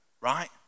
right